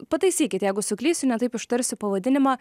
pataisykit jeigu suklysiu ne taip ištarsiu pavadinimą